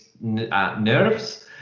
nerves